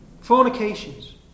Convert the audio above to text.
fornications